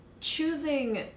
Choosing